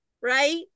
right